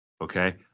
Okay